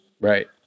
right